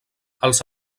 els